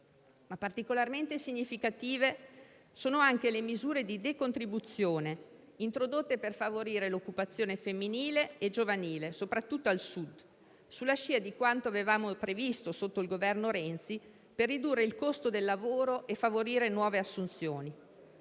Particolarmente significative sono anche le misure di decontribuzione, introdotte per favorire l'occupazione femminile e giovanile, soprattutto al Sud, sulla scia di quanto avevamo previsto sotto il Governo Renzi, per ridurre il costo del lavoro e favorire nuove assunzioni.